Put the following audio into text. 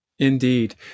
Indeed